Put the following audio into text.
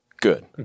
good